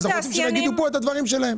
אז אנחנו רוצים שהם יגידו פה את הדברים שלהם.